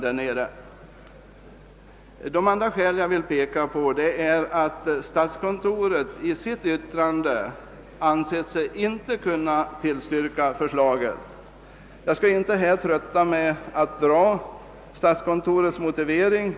Det andra skäl som jag vill peka på är att statskontoret i sitt yttrande inte ansett sig kunna tillstyrka förslaget. Jag skall inte trötta med att återge statskontorets motivering.